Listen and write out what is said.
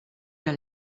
der